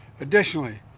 Additionally